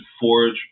forge